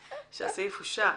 סעיף 3 אושר.